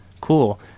Cool